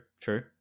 true